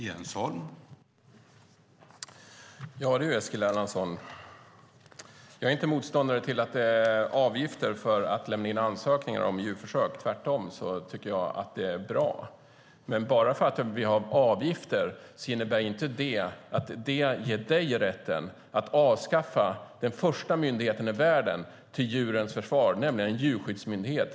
Herr talman! Ja, du, Eskil Erlandsson. Jag är inte motståndare mot avgifter för att lämna in ansökningar om djurförsök. Tvärtom tycker jag att det är bra. Men bara för att vi har avgifter innebär det inte att det ger dig rätten att avskaffa den första myndigheten i världen till djurens försvar, nämligen en djurskyddsmyndighet.